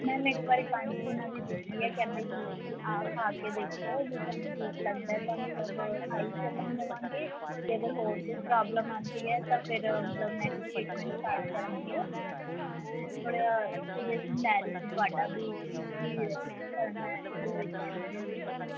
ma'am ਇੱਕ ਵਾਰੀ ਪੰਜ ਦਿਨਾਂ ਦੀ ਦਿੱਤੀ ਹੈ ਕਹਿੰਦੇ ਵੀ ਤੁਸੀਂ ਆਹ ਖਾ ਕੇ ਦੇਖੋ ਵੀ ਤੁਹਾਨੂੰ ਠੀਕ ਲੱਗਦਾ ਹੈ ਤਾਂ ਮਤਲਬ ਆਈ ਚੱਲਣ ਦੇਵਾਂਗੇ ਅਤੇ ਅਗਰ ਹੋਰ ਕੋਈ ਪ੍ਰੋਬਲਮ ਆਉਂਦੀ ਹੈ ਤਾਂ ਫਿਰ ਮਤਲਬ ਨੈਕਸਟ ਟ੍ਰੀਟਮੈਂਟ ਸਟਾਰਟ ਕਰਾਂਗੇ ਤਾਂ ਮੈਂ ਥੋੜ੍ਹਾ ਸਜੈਸ਼ਨ ਲੈ ਰਹੀ ਸੀ ਤੁਹਾਡਾ ਵੀ ਕੀ ਕੀ ਕਰਨਾ ਇਹਦੇ ਵਿੱਚ ਸ਼ੁੱਗਰ ਵਿੱਚ